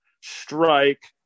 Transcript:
Strike